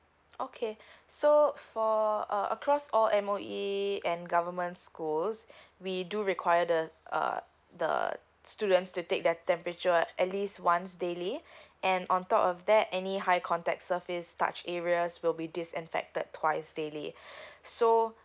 okay so for uh across all M_O_E and government schools we do required the uh the students to take their temperature at least once daily and on top of that any high contact surface touch areas will be disinfected twice daily so